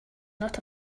not